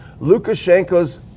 Lukashenko's